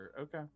Okay